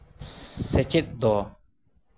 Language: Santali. ᱥᱮᱪᱮᱫ ᱫᱚ